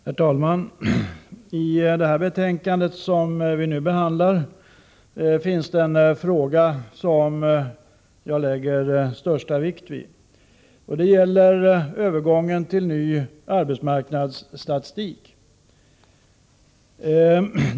Herr talman! I det nu aktuella betänkandet behandlas en fråga som jag lägger den största vikt vid. Det gäller övergången till ny arbetsmarknadsstatistik.